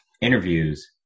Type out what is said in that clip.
interviews